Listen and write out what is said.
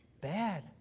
bad